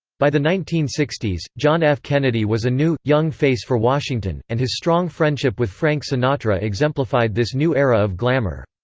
by the nineteen sixty s, john f. kennedy was a new, young face for washington, and his strong friendship with frank sinatra exemplified this new era of glamor.